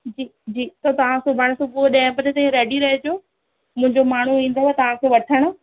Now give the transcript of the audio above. जी जी त तव्हां सुभाणे सुबुह जो ॾहें बजे ताईं रैडी रहिजो मुंहिंजो माण्हू ईंदव तव्हां खे वठण